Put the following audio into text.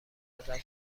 ازم